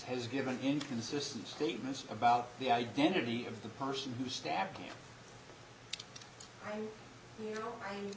has given inconsistent statements about the identity of the person who stabbed him you know